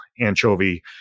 anchovy